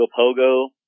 Pogo